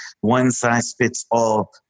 one-size-fits-all